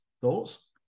Thoughts